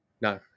no